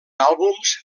àlbums